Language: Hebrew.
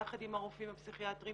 יחד עם הרופאים הפסיכיאטרים